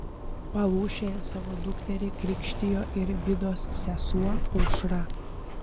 palūšėje savo dukterį krikštijo ir vidos sesuo aušra